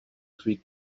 three